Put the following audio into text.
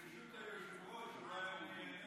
היושב-ראש, אולי אני,